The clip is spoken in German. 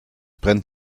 brennt